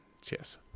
cheers